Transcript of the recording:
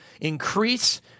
increase